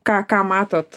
ką ką matot